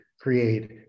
create